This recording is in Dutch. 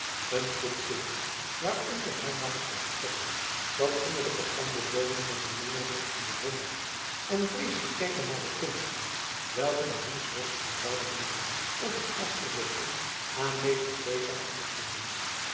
een groep kinderen waaronder hij marretje herkende zat onder de kastanjeboomen met een mengeling van bewondering en vrees te kijken naar de kunsten welke de hansworst van barbanera op het gras gezeten aan meester cezar verrichten liet